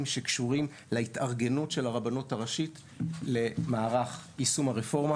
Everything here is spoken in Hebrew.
שקשורים להתארגנות של הרבנות הראשית למערך יישום הרפורמה.